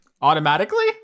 Automatically